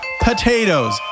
Potatoes